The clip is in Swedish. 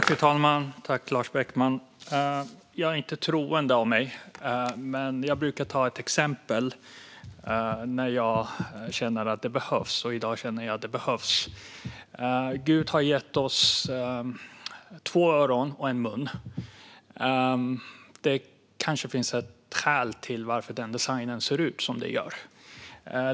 Fru talman! Jag är inte troende av mig, men jag brukar ta ett exempel när jag känner att det behövs. I dag känner jag att det behövs. Gud har gett oss två öron och en mun. Det kanske finns ett skäl till att den designen ser ut som den gör.